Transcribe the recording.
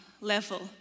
level